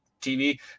TV